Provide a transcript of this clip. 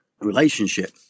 relationship